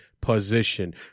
position